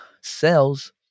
cells